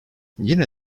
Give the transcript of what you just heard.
yine